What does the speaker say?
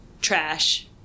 trash